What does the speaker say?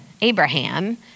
Abraham